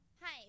Hi